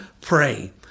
pray